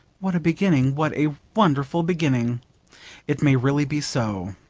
what a beginning, what a wonderful beginning it may really be so.